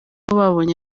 babonye